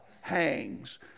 hangs